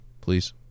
Please